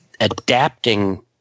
Adapting